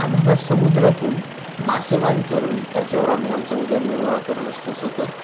आम्हाला समुद्रातून मासेमारी करून त्याच्यावर आम्ही आमचा उदरनिर्वाह करत असतो सतत